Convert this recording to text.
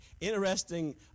interesting